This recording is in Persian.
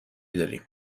داریم